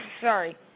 sorry